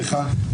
סליחה.